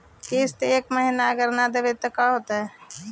किस्त अगर एक महीना न देबै त का होतै?